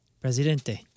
Presidente